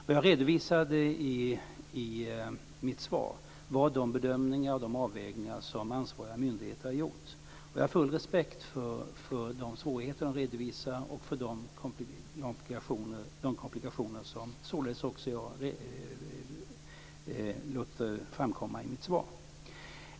Vad jag redovisade i mitt svar var de bedömningar och de avvägningar som ansvariga myndigheter har gjort. Jag har full respekt för de svårigheter som redovisas och de komplikationer som jag således också låter framkomma i mitt svar.